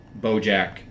Bojack